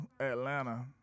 Atlanta